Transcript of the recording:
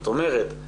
זאת אומרת,